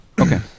Okay